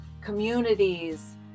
communities